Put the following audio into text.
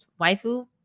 waifu